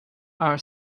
our